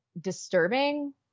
disturbing